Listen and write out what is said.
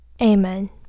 Amen